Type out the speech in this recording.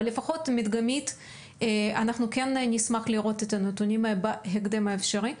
אבל לפחות מדגמית אנחנו כן נשמח לראות את הנתונים בהקדם האפשרי.